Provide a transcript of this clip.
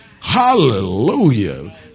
hallelujah